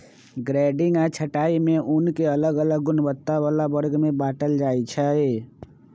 grading आऽ छँटाई में ऊन के अलग अलग गुणवत्ता बला वर्ग में बाटल जाइ छइ